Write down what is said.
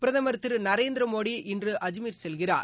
பிரதமர் திரு நரேந்திரமோடி இன்று அஜ்மீர் செல்கிறார்